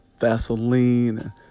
Vaseline